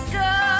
go